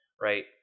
right